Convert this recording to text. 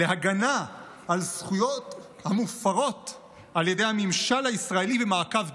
להגנה על זכויות המופרות על ידי הממשל הישראלי במעקב דיגיטלי.